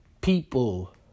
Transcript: people